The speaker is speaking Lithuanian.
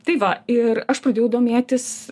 tai va ir aš pradėjau domėtis